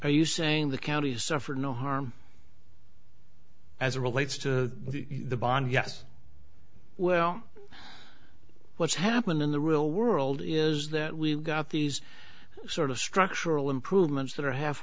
are you saying the county has suffered no harm as relates to the bond yes well what's happened in the real world is that we've got these sort of structural improvements that are